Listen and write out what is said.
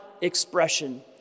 expression